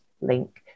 link